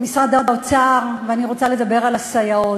משרד האוצר, אני רוצה לדבר על הסייעות.